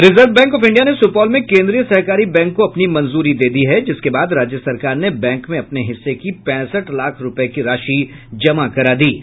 reserve Bank of India ने सुपौल में केन्द्रीय सहकारी बैंक को अपनी मंजूरी दे दी है जिसके बाद राज्य सरकार ने बैंक में अपने हिस्से की पैंसठ लाख रूपये की राशि जमा करा दी है